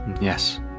Yes